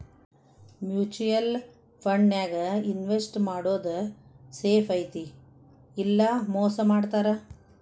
mutual ಫಂಡನ್ಯಾಗ invest ಮಾಡೋದ್ safe ಐತಿ ಇಲ್ಲಾ ಮೋಸ ಮಾಡ್ತಾರಾ